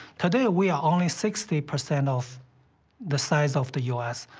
today we are only sixty percent of the size of the u s.